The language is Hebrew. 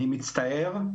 אני מצטער.